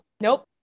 nope